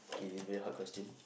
okay this very hard question